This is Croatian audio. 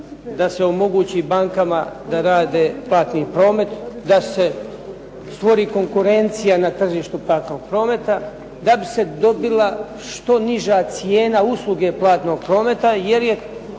da se omogući bankama da rade platni promet, da se stvori konkurencija na tržištu platnog prometa, da bi se dobila što niža cijena usluge platnog prometa jer je